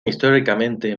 históricamente